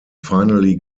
finally